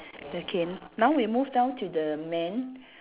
okay now we move down to the man